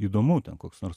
įdomu ten koks nors